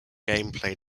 gameplay